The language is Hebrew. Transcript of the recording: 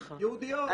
ייעודיות.